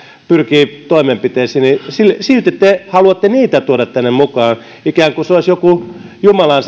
pyrkivät toimenpiteisiin silti te haluatte niitä tuoda tänne mukaan ikään kuin se hallituksen päätös olisi joku jumalan